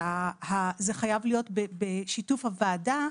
שזה חייב להיות בשיתוף הוועדה,